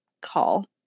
call